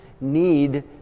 need